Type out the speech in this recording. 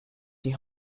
die